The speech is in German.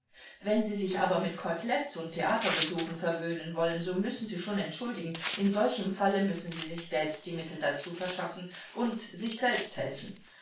wenn sie sich aber mit koteletts und theaterbesuchen verwöhnen wollen so müssen sie schon entschuldigen in solchem falle müssen sie sich selbst die mittel dazu verschaffen und sich selbst helfen